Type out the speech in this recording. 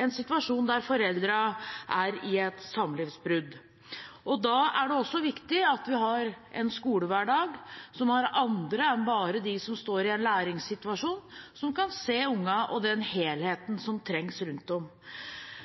en situasjon der foreldrene er i et samlivsbrudd. Da er det også viktig at vi har en skolehverdag der det er andre voksne enn bare de som står i en læringssituasjon, og som kan se ungene og den